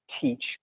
teach